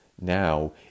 now